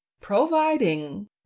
Providing